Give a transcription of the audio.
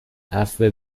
عفو